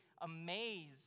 amazed